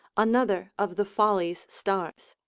another of the follies stars.